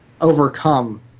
overcome